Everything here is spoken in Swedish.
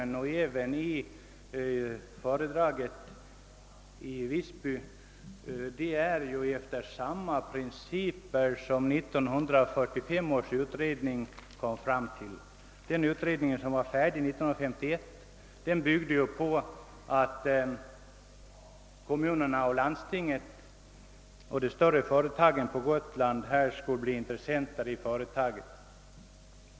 Principerna är desamma som 1945 års utredning kom fram till. Den utredningen, som var färdig 1951, byggde på att kommunerna, landstinget och de större företagen på Gotland skulle bli intressenter i trafikföretaget.